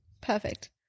Perfect